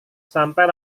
sampai